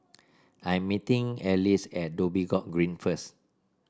I am meeting Alys at Dhoby Ghaut Green first